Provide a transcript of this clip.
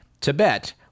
Tibet